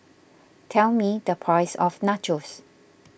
tell me the price of Nachos